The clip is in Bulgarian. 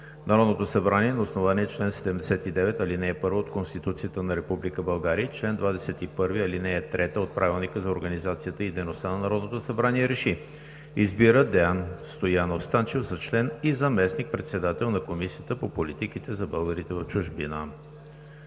Народното събрание на основание чл. 79, ал. 1 от Конституцията на Република България и чл. 21, ал. 3 от Правилника за организацията и дейността на Народното събрание РЕШИ: Избира Деан Стоянов Станчев за член и заместник председател на Комисията по политиките за българите в чужбина.“